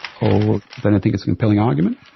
or they don't think it's a compelling argument.